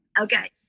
Okay